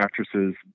actresses